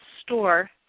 store